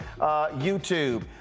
YouTube